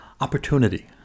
opportunity